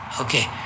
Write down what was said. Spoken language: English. Okay